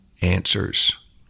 answers